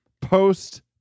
post